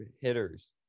hitters